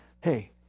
hey